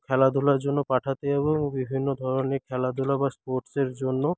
খেলাধুলার জন্য পাঠাতে হবে এবং বিভিন্ন ধরনের খেলাধুলা বা স্পোর্টসের জন্য